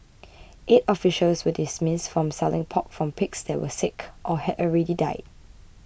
eight officials were dismissed for selling pork from pigs that were sick or had already died